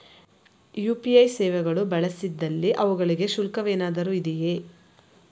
UPI ಸೇವೆಗಳು ಬಳಸಿದಲ್ಲಿ ಅವುಗಳಿಗೆ ಶುಲ್ಕವೇನಾದರೂ ಇದೆಯೇ?